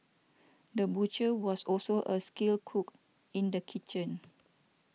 the butcher was also a skilled cook in the kitchen